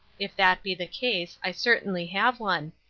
if that be the case, i certainly have one.